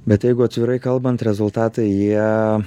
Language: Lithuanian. bet jeigu atvirai kalbant rezultatai jie